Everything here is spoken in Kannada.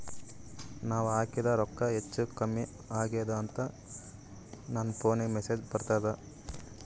ನಾವ ಹಾಕಿದ ರೊಕ್ಕ ಹೆಚ್ಚು, ಕಮ್ಮಿ ಆಗೆದ ಅಂತ ನನ ಫೋನಿಗ ಮೆಸೇಜ್ ಬರ್ತದ?